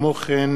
הצעת חוק